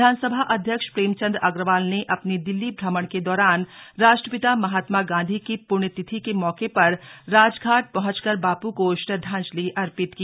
विधानसभा अध्यक्ष प्रेमचंद अग्रवाल ने अपने दिल्ली भ्रमण के दौरान राष्ट्रपिता महात्मा गांधी की पुण्यतिथि के मौके पर राजघाट पहुंचकर बापू को श्रद्धांजलि अर्पित की